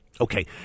Okay